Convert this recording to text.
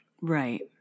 Right